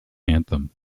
anthem